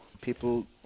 people